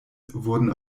werden